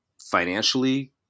financially